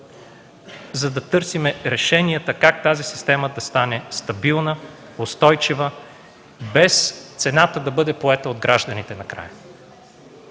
за да търсим решенията за това как тази система да стане стабилна, устойчива, без цената да бъде поета от гражданите накрая.